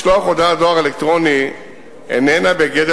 משלוח הודעת דואר אלקטרוני איננה בגדר